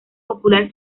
popular